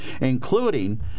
including